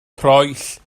troell